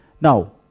now